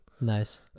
Nice